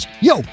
yo